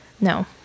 No